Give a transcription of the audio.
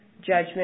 judgment